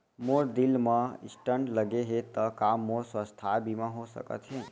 मोर दिल मा स्टन्ट लगे हे ता का मोर स्वास्थ बीमा हो सकत हे?